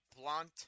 blunt